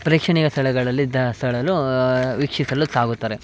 ಪ್ರೇಕ್ಷಣೀಯ ಸ್ಥಳಗಳಲ್ಲಿ ದಾಸಳಲೂ ವೀಕ್ಷಿಸಲು ಸಾಗುತ್ತಾರೆ